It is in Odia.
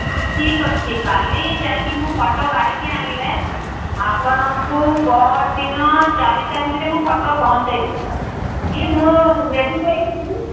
ହଁ ଠିକ ଅଛି କାଲି ଯାଇକି ମୁଁ ଫୋଟ କାଢ଼ିକି ଆଣିଲେ ଆପଣଙ୍କୁ ପହର ଦିନ ଚାରିଟା ଭିତରେ ମୁଁ ଫୋଟ ପହଞ୍ଚାଇ ଦେବି କି ମୁଁ ରେଡ଼ି କରିକି ଥିବି